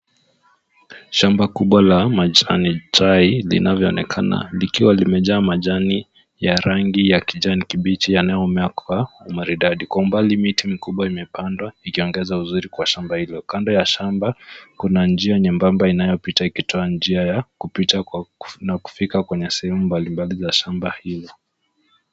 Shamba kubwa la majani chai linavyonekana likiwa limejaa majani ya rangi ya kijani kibichi yanayomea kwa umaridadi. Kwa umbali miti mikubwa imepandwa ikiongeza uzuri kwa shamba hilo. Kando ya shamba, kuna njia nyembamba inayopita ikitoa njia ya kupita na kufika kwenye sehemu mbalimbali za shamba hilo.